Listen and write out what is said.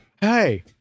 Hey